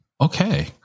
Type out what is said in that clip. Okay